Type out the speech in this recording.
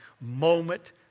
moment